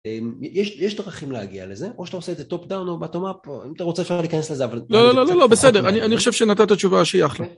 יש דרכים להגיע לזה, או שאתה עושה את זה טופ דאון או בטומ אפ, אם אתה רוצה אפשר להיכנס לזה, אבל... לא, לא, לא, לא, בסדר, אני חושב שנתת תשובה שהיא אחלה.